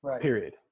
period